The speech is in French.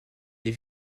des